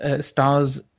stars